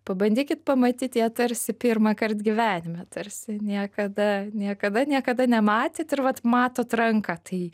pabandykit pamatyt ją tarsi pirmąkart gyvenime tarsi niekada niekada niekada nematėt ir vat matot ranką tai